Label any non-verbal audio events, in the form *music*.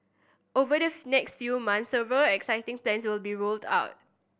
over the *unintelligible* next few months several exciting plans will be rolled out